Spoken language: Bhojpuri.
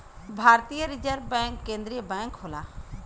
भारतीय रिजर्व बैंक केन्द्रीय बैंक होला